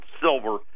silver